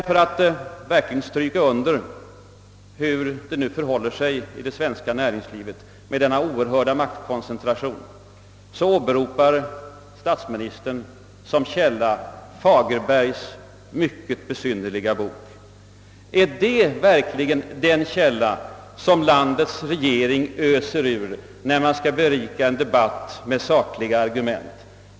För att verkligen stryka under hur det nu förhåller sig i det svenska näringslivet med dess »oerhörda» maktkoncentration åberopar statsministern såsom källa Fagerbergs mycket besynnerliga bok. är den boken verkligen den källa som landets regering öser ur när den skall berika en debatt med sakliga argument?